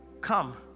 come